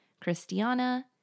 Christiana